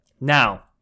Now